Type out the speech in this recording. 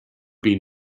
been